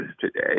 today